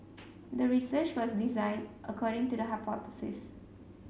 the research was designed according to the hypothesis